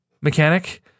mechanic